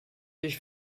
durch